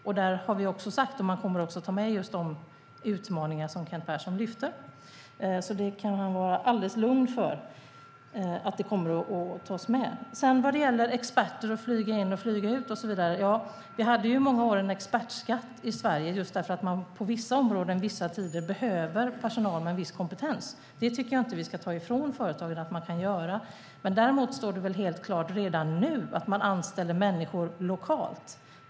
Man kommer också att ta med just de utmaningar som Kent Persson lyfter fram. Det kan han vara alldeles lugn för. Vad gäller experter och att flyga in och flyga ut och så vidare kan jag säga att vi i många år hade en expertskatt i Sverige för att man på vissa områden under vissa tider behöver personal med en viss kompetens. Detta tycker jag inte att vi ska ta ifrån företagen. Däremot står det väl helt klart redan nu att man anställer människor lokalt.